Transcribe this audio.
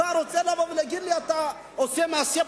אתה רוצה להגיד לי: אתה עושה מעשה פוליטי?